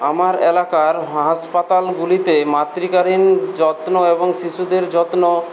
আমার এলাকার হাসপাতালগুলিতে মাতৃকালীন যত্ন এবং শিশুদের যত্ন